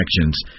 actions